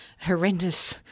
horrendous